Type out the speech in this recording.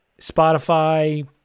Spotify